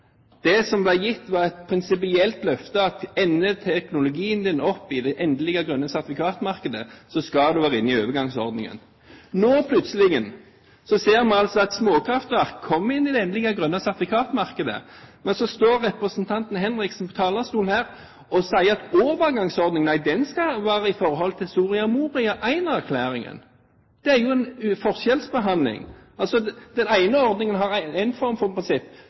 Det som ble gitt, var et prinsippelt løfte om at ender teknologien opp i det endelige grønne sertifikatmarkedet, skal man være inne i overgangsordningen. Nå ser vi at småkraftverk kom inn i det endelige grønne sertifikatmarkedet. Så står representanten Henriksen på talerstolen her og sier at overgangsordning, nei, den skal være i forhold til Soria Moria I-erklæringen. Det er en forskjellsbehandling. Den ene ordningen har en form for prinsipp,